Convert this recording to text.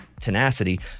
tenacity